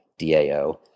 DAO